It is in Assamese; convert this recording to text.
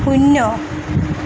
শূন্য